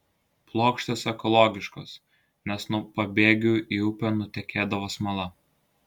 plokštės ekologiškos nes nuo pabėgių į upę nutekėdavo smala